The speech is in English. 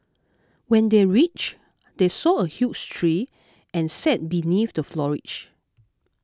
when they reached they saw a huge tree and sat beneath the foliage